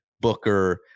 Booker